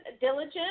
diligent